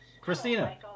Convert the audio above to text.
Christina